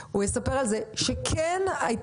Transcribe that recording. כן הייתה כאן